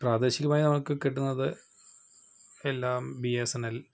പ്രാദേശികമായി നമുക്ക് കിട്ടുന്നത് എല്ലാം ബി എസ് എൻ എൽ